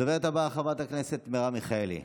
הדוברת הבאה, חברת הכנסת מרב מיכאלי,